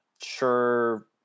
sure